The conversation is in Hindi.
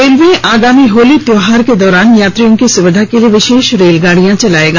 रेलवे आगामी होली त्योहार के दौरान यात्रियों की सुविधा के लिए विशेष रेलगाड़ियां चलाएगा